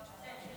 אדוני היושב-ראש,